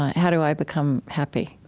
how do i become happy?